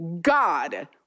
God